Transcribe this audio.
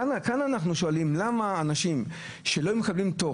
כאן אנחנו שואלים למה אנשים שלא מקבלים תור